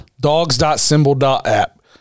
Dogs.symbol.app